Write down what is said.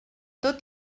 tot